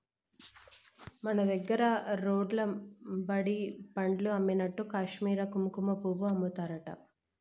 మన దగ్గర రోడ్లెమ్బడి పండ్లు అమ్మినట్లు కాశ్మీర్ల కుంకుమపువ్వు అమ్ముతారట